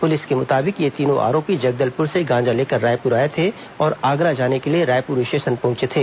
police के मुताबिक ये तीनों आरोपी जगदलपुर से गांजा लेकर रायपुर आए थे और आगरा जाने के लिए रायपुर स्टेशन पहुंचे थे